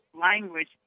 language